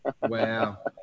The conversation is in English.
Wow